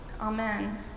Amen